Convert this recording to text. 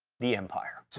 the empire.